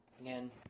again